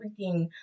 freaking